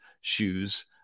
shoes